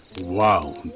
Wow